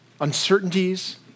uncertainties